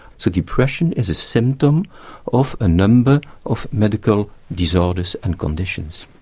so depression is a symptom of a number of medical disorders and conditions.